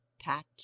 Pat